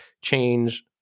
change